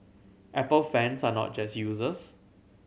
apple fans are not just users